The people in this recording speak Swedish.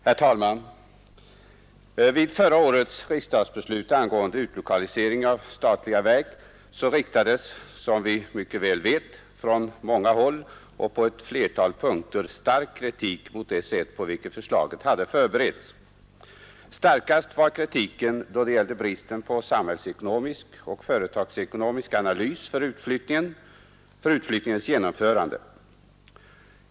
Herr talman! Vid förra årets riksdagsbeslut angående utlokalisering av statliga verk riktades, som vi mycket väl vet, från många håll och på ett flertal punkter stark kritik mot det sätt på vilket förslaget hade förberetts. Starkast var kritiken då det gällde bristen på samhällsekonomisk och företagsekonomisk analys av utflyttningens genomförande.